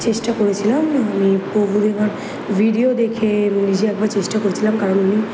চেষ্টা করেছিলাম আমি প্রভু দেবার ভিডিও দেখে নিজে একবার চেষ্টা করেছিলাম কারণ উনি